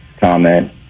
comment